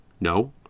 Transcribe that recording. No